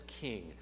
king